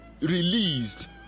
released